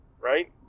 right